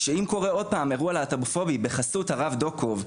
שאם יקרה עוד פעם אירוע להט"בופובי בחסות הרב דוקוב,